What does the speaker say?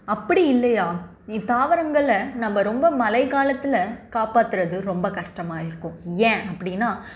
அப்படி இல்லையா தாவரங்களை நம்ம ரொம்ப மழைக்காலத்தில் காப்பாத்துகிறது ரொம்ப கஷ்டமாக இருக்கும் ஏன் அப்படினா